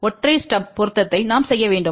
ஒற்றை ஸ்டப் பொருத்தத்தை நாம் செய்ய வேண்டும்